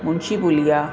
Munshi Puliya